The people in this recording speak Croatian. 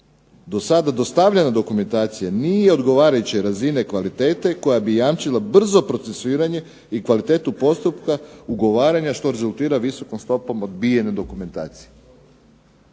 Dosada dostavljena dokumentacija nije odgovarajuće razine i kvalitete koja bi jamčila brzo procesuiranje i kvalitetu postupka i ugovaranja što rezultira visokom stopom odbijene dokumentacije.